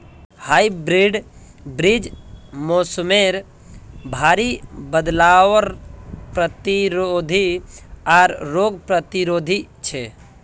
hybrid बीज मोसमेर भरी बदलावर प्रतिरोधी आर रोग प्रतिरोधी छे